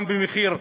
גם במחיר הביטוח.